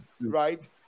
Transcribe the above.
right